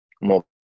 more